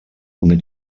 una